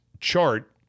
chart